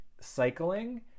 cycling